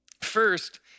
First